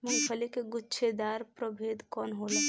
मूँगफली के गुछेदार प्रभेद कौन होला?